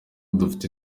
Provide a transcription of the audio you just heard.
dufite